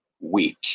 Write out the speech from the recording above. week